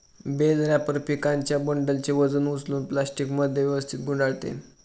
bell wrapper पिकांच्या बंडलचे वजन उचलून प्लास्टिकमध्ये व्यवस्थित गुंडाळते